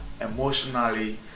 emotionally